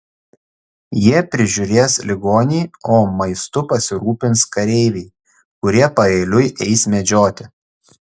jie prižiūrės ligonį o maistu pasirūpins kareiviai kurie paeiliui eis medžioti